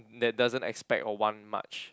that doesn't expect or want much